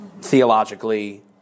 theologically